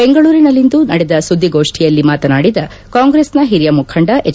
ಬೆಂಗಳೂರಿನಲ್ಲಿಂದು ನಡೆದ ಸುದ್ಗೋಷ್ನಿಯಲ್ಲಿ ಮಾತನಾಡಿದ ಕಾಂಗ್ರೆಸ್ನ ಹಿರಿಯ ಮುಖಂಡ ಎಚ್